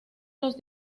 los